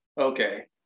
Okay